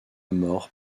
mort